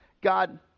God